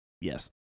Yes